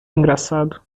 engraçado